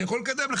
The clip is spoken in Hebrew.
אני יכול לקדם.